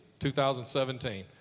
2017